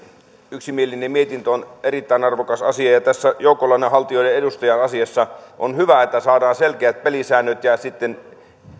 yksimielinen mietintö on erittäin arvokas asia tässä joukkolainanhaltijoiden edustajan asiassa on hyvä että saadaan selkeät pelisäännöt ja sitten